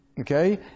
okay